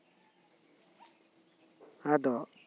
ᱟᱫᱚ